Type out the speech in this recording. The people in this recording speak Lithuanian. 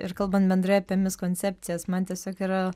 ir kalbant bendrai apie miskoncepcijas man tiesiog yra